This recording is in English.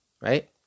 Right